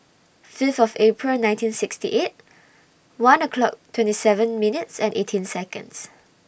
Fifth of April nineteen sixty eight one o'clock twenty seven minutes and eighteen Seconds